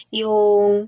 yung